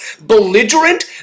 Belligerent